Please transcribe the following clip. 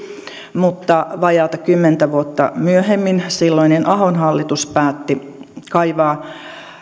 mutta vajaata kymmentä vuotta myöhemmin silloinen ahon hallitus päätti kaivaa